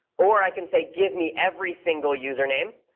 or i can say, give me every single username.